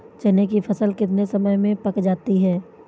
चने की फसल कितने समय में पक जाती है?